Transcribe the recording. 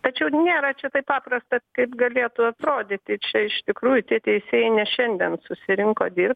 tačiau nėra čia taip paprasta kaip galėtų atrodyti čia iš tikrųjų tie teisėjai ne šiandien susirinko dirbt